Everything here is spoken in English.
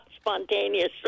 spontaneous